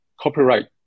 copyright